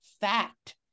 fact